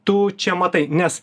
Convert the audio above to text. tu čia matai nes